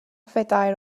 phedair